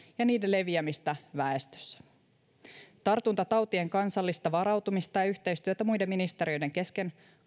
ja niiden leviämistä väestössä tartuntatautien kansallista varautumista ja yhteistyötä muiden ministeriöiden kesken